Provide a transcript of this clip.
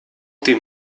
dem